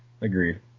agreed